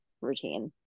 routine